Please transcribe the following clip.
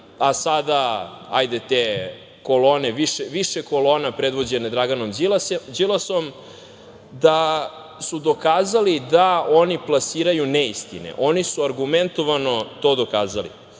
a sada više kolona predvođene Draganom Đilasom, da su dokazali da oni plasiraju neistine. Oni su argumentovano to dokazali.